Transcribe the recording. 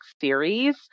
series